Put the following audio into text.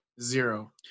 Zero